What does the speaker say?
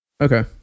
okay